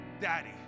daddy